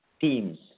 teams